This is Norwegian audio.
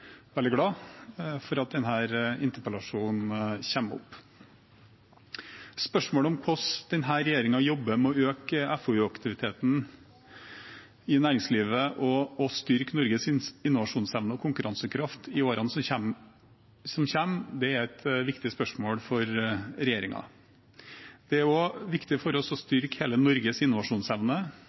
veldig glad for at denne interpellasjonen kommer opp. Spørsmålet om hvordan denne regjeringen jobber med å øke FoU-aktiviteten i næringslivet og å styrke Norges innovasjonsevne og konkurransekraft i årene som kommer, er et viktig spørsmål for regjeringen. Det er viktig for oss å styrke hele Norges innovasjonsevne,